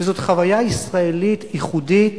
וזאת חוויה ישראלית ייחודית